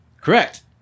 Correct